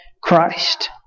Christ